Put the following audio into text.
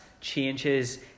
changes